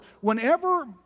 whenever